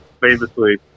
Famously